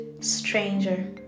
stranger